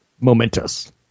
momentous